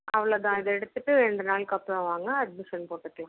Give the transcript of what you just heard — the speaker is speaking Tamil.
அவ்வளோதான் இது எடுத்துட்டு ரெண்டு நாளுக்கு அப்புறம் வாங்க அட்மிஷன் போட்டுக்கலாம்